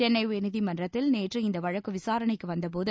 சென்னை உயர்நீதிமன்றத்தில் நேற்று இந்த வழக்கு விசாரணைக்கு வந்தபோது